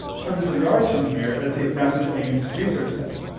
hundreds of yards from here at the nasa ames research center.